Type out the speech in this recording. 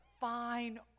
fine